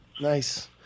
Nice